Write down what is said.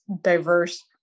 diverse